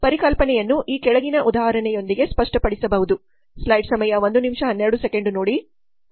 ಪರಿಕಲ್ಪನೆಯನ್ನು ಈ ಕೆಳಗಿನ ಉದಾಹರಣೆಯೊಂದಿಗೆ ಸ್ಪಷ್ಟಪಡಿಸಬಹುದು